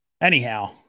anyhow